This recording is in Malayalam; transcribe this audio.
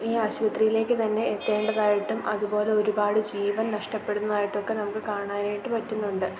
ഈ ആശുപത്രിയിലേക്ക് തന്നെ എത്തേണ്ടതായിട്ടും അതുപോലെ ഒരുപാട് ജീവൻ നഷ്ടപ്പെടുന്നതായിട്ടൊക്കെ നമുക്ക് കാണാനായിട്ട് പറ്റുന്നുണ്ട്